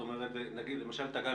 למשל "תגל",